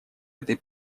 этой